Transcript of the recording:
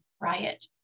riot